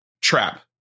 trap